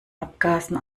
abgasen